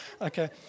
Okay